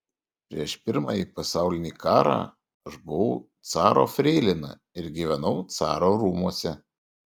prieš pirmąjį pasaulinį karą aš buvau caro freilina ir gyvenau caro rūmuose